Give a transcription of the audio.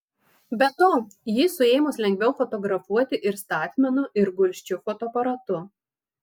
be to jį suėmus lengviau fotografuoti ir statmenu ir gulsčiu fotoaparatu